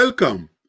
Welcome